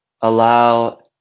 allow